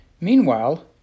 Meanwhile